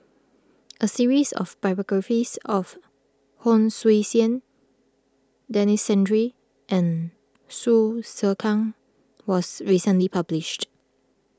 a series of biographies of Hon Sui Sen Denis Santry and Hsu Tse Kwang was recently published